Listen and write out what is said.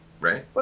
right